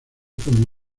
como